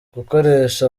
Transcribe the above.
gukoresha